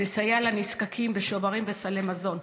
לסייע לנזקקים בשוברים ובסלי מזון.